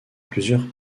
plusieurs